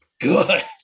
good